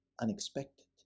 unexpected